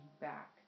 back